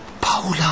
Paula